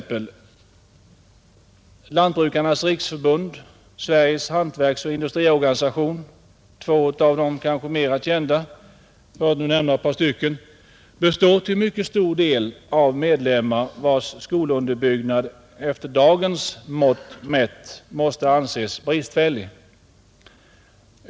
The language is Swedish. Lantbrukarnas riksförbund och Sveriges hantverksoch industriorganisation — två av de mera kända för att nu nämna ett par stycken — består till mycket stor del av medlemmar vilkas skolunderbyggnad med dagens mått måste anses bristfällig.